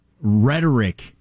rhetoric